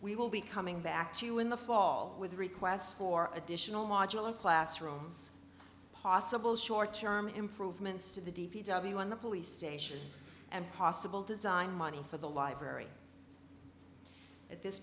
we will be coming back to you in the fall with requests for additional modular classrooms possible short term improvements to the d p w on the police station and possible design money for the library at this